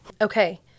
Okay